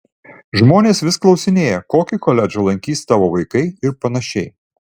žmonės vis klausinėja kokį koledžą lankys tavo vaikai ir panašiai